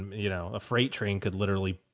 you know, a freight train could literally.